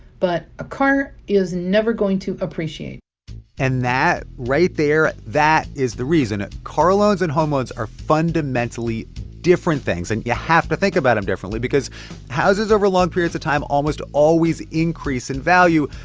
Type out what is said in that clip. but a car is never going to appreciate and that right there that is the reason ah car loans and home loans are fundamentally different things. and you have to think about them differently because houses over long periods of time almost always increase in value.